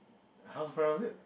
how's browse it